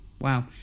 Wow